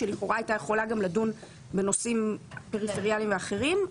שלכאורה הייתה יכולה גם לדון בנושאים פריפריאליים אחרים,